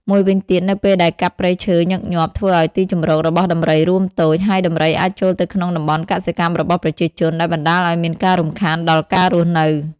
មួយវិញទៀតនៅពេលដែលកាប់ព្រៃឈើញឹកញាប់ធ្វើឲ្យទីជម្រករបស់ដំរីរួមតូច ហើយដំរីអាចចូលទៅក្នុងតំបន់កសិកម្មរបស់ប្រជាជន ដែលបណ្តាលឲ្យមានការរំខាន់ដល់ការរស់នៅ។